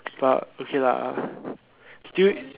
but okay lah still